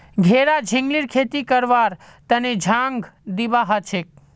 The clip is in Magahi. घेरा झिंगलीर खेती करवार तने झांग दिबा हछेक